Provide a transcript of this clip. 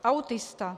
Autista.